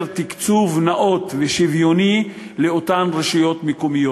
תקצוב נאות ושוויוני לאותן רשויות מקומיות.